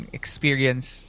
experience